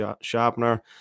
sharpener